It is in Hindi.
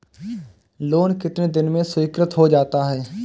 लोंन कितने दिन में स्वीकृत हो जाता है?